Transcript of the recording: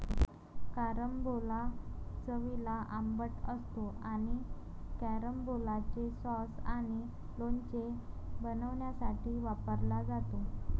carambola चवीला आंबट असतो आणि कॅरंबोलाचे सॉस आणि लोणचे बनवण्यासाठी वापरला जातो